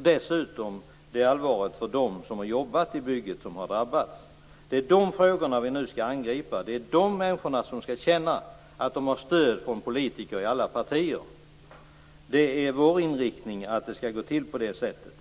Dessutom är naturligtvis frågan om dem som har jobbat i bygget och drabbats allvarlig. Det är dessa frågor som vi nu skall angripa. Det är dessa människor som skall känna att de har stöd från politiker i alla partier. Det är vår inriktning att det skall gå till på det sättet.